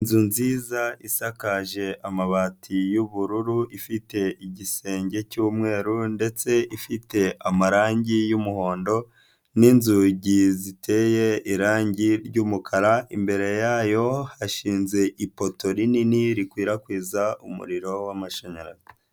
Inzu nziza isakaje amabati y'ubururu, ifite igisenge cy'umweru ndetse ifite amarangi y'umuhondo n'inzugi ziteye irangi ry'umukara, imbere yayo hashinze ipoto rinini rikwirakwiza umuriro w'amashanyarazi.